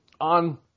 on